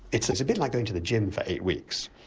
it's it's a bit like going to the gym for eight weeks.